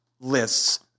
lists